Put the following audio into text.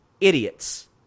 Idiots